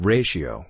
Ratio